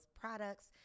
products